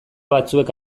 batzuek